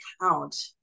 count